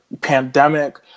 pandemic